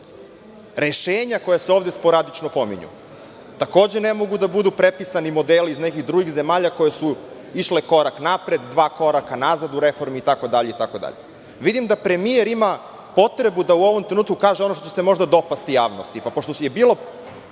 Rešenja koja su ovde sporadično pominju - takođe ne mogu da budu prepisani modeli iz nekih drugih zemalja koje su išle korak napred, dva koraka nazad u reformi itd, itd. Vidim da premijer ima potrebu da u ovom trenutku kaže ono što će se možda dopasti javnosti. Pošto je bilo